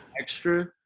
Extra